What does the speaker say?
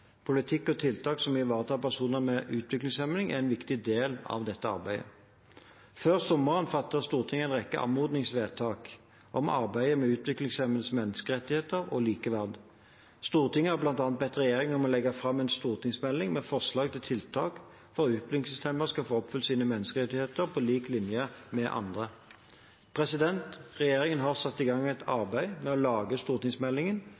tiltak som ivaretar personer med utviklingshemning, er en viktig del av dette arbeidet. Før sommeren fattet Stortinget en rekke anmodningsvedtak om arbeidet med utviklingshemmedes menneskerettigheter og likeverd. Stortinget har bl.a. bedt regjeringen om å legge fram en stortingsmelding med forslag til tiltak for at utviklingshemmede skal få oppfylt sine menneskerettigheter på lik linje med andre. Regjeringen har satt i gang et arbeid med å lage stortingsmeldingen